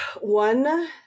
one